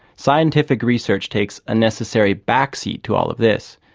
scientific research takes a necessary backseat to all of this,